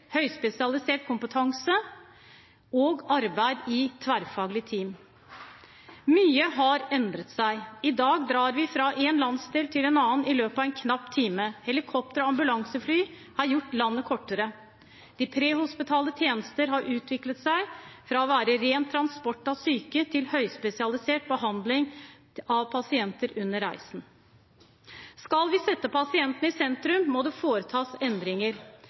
høyspesialisert kompetanse og arbeid i tverrfaglige team. Mye har endret seg. I dag drar vi fra en landsdel til en annen i løpet av en knapp time. Helikopter og ambulansefly har gjort landet kortere. De prehospitale tjenester har utviklet seg fra å være ren transport av syke til å være høyspesialisert behandling av pasienter under reisen. Skal vi sette pasienten i sentrum, må det foretas endringer.